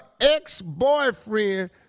ex-boyfriend